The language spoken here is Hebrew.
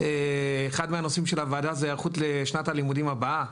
אחד מהנושאים של הוועדה זה היערכות לשנת הלימודים הבאה.